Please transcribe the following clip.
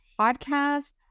podcast